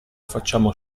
facciamo